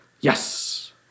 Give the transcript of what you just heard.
Yes